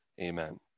Amen